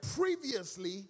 previously